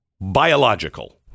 Biological